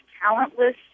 talentless